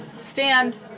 Stand